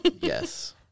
yes